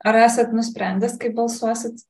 ar esat nusprendęs kaip balsuosit